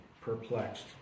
perplexed